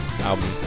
album